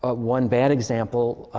ah one bad example.